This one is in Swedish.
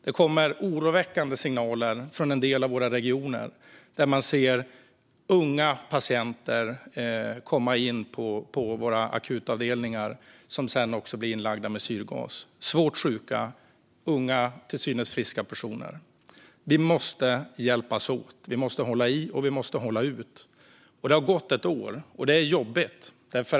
Det kommer oroväckande signaler från en del av våra regioner där man ser unga patienter komma in på våra akutavdelningar och sedan också bli inlagda med syrgas. Det är svårt sjuka unga, till synes tidigare friska, personer. Vi måste hjälpas åt. Vi måste hålla i, och vi måste hålla ut. Det har gått ett år, och det är jobbigt.